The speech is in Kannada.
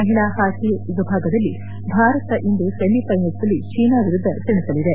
ಮಹಿಳಾ ಹಾಕಿ ವಿಭಾಗದಲ್ಲಿ ಭಾರತ ಇಂದು ಸೆಮಿ ಫೈನಲ್ಸನಲ್ಲಿ ಜೀನಾ ವಿರುದ್ಧ ಸೇಇಸಲಿದೆ